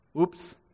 Oops